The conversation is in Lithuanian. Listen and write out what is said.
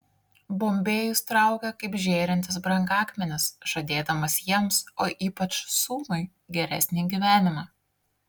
bombėjus traukia kaip žėrintis brangakmenis žadėdamas jiems o ypač sūnui geresnį gyvenimą